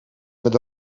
met